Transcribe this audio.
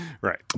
right